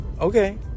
Okay